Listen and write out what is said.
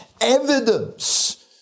evidence